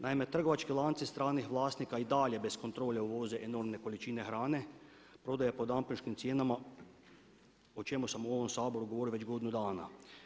Naime, trgovački lanci stranih vlasnika i dalje bez kontrole uvoze enormne količine hrane, prodaja po … cijenama o čemu sam u ovom Saboru govorio već godinu dana.